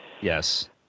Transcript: Yes